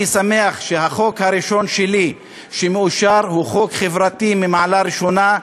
אני שמח שהחוק הראשון שלי שמאושר הוא חוק חברתי ממעלה ראשונה,